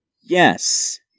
Yes